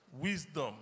Wisdom